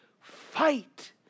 Fight